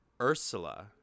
ursula